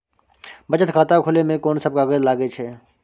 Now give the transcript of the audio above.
बचत खाता खुले मे कोन सब कागज लागे छै?